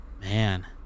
man